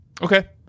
Okay